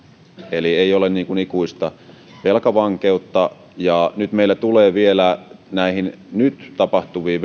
eli ei ole ikuista velkavankeutta ja nyt meille tulee vielä näihin nyt tapahtuviin